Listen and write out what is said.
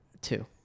two